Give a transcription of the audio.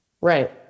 Right